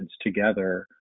together